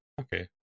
okay